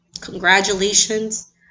Congratulations